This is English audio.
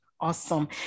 awesome